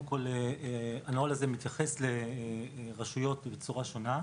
הנוהל הזה מתייחס לרשויות בצורה שונה.